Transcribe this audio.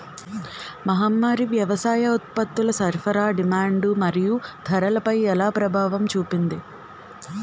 మహమ్మారి వ్యవసాయ ఉత్పత్తుల సరఫరా డిమాండ్ మరియు ధరలపై ఎలా ప్రభావం చూపింది?